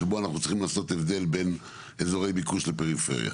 שבו אנחנו צריכים לעשות הבדל בין אזורי ביקוש לפריפריה?